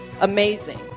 amazing